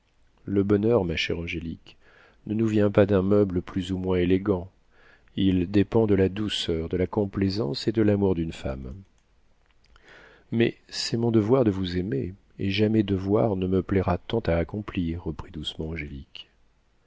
le bonheur ma chère angélique ne nous vient pas d'un meuble plus ou moins élégant il dépend de la douceur de la complaisance et de l'amour d'une femme mais c'est mon devoir de vous aimer et jamais devoir ne me plaira tant à accomplir reprit doucement angélique